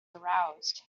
aroused